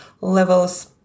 levels